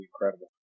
incredible